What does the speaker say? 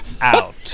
out